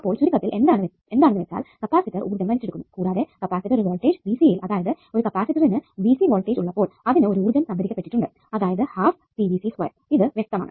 അപ്പോൾ ചുരുക്കത്തിൽ എന്താണെന്ന് വെച്ചാൽ കപ്പാസിറ്റർ ഊർജ്ജം വലിച്ചെടുക്കുന്നു കൂടാതെ കപ്പാസിറ്റർ ഒരു വോൾട്ടേജ് യിൽ അതായത് ഒരു കപ്പാസിറ്ററിനു വോൾട്ടേജ് ഉള്ളപ്പോൾ അതിനു ഒരു ഊർജ്ജം സംഭരിക്കപ്പെട്ടിട്ടുണ്ട് അതായത് ഇത് വ്യക്തമാണ്